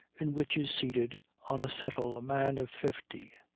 in which is seated on a settle a man of fifty.